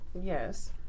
Yes